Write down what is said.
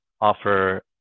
offer